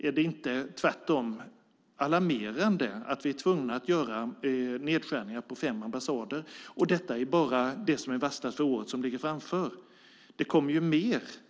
Är det inte tvärtom alarmerande att vi är tvungna att göra nedskärningar på fem ambassader? Och detta är bara det som är varslat för i år. Det kommer att bli mer.